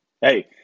Hey